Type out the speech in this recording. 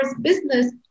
business